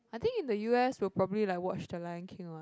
I think in the u_s will probably like watch the Lion King what